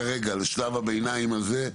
מבחינתכם כרגע בשלב הביניים הזה,